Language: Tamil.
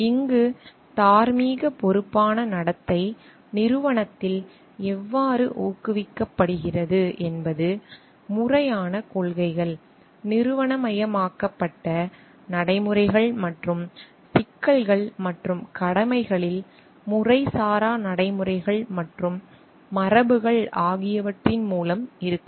இந்த தார்மீக பொறுப்பான நடத்தை நிறுவனத்தில் எவ்வாறு ஊக்குவிக்கப்படுகிறது என்பது முறையான கொள்கைகள் நிறுவனமயமாக்கப்பட்ட நடைமுறைகள் மற்றும் சிக்கல்கள் மற்றும் கடமைகளில் முறைசாரா நடைமுறைகள் மற்றும் மரபுகள் ஆகியவற்றின் மூலம் இருக்கலாம்